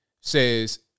says